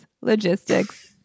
logistics